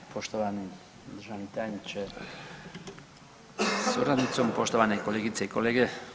Poštovani državni tajniče sa suradnicom, poštovane kolegice i kolege.